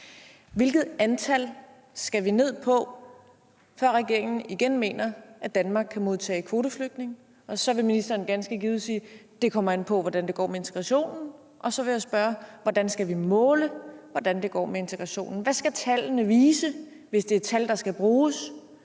Hvilket antal skal vi ned på, før regeringen igen mener, at Danmark kan modtage kvoteflygtninge? Og så vil ministeren ganske givet sige: Det kommer an på, hvordan det går med integrationen. Og så vil jeg spørge: Hvordan skal vi måle, hvordan det går med integrationen? Hvad skal tallene vise, hvis det er tal, der skal bruges,